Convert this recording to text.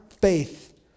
faith